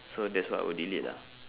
so that's what I would delete lah